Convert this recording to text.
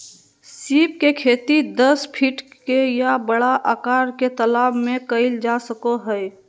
सीप के खेती दस फीट के या बड़ा आकार के तालाब में कइल जा सको हइ